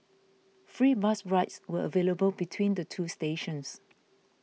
free bus rides were available between the two stations